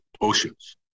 oceans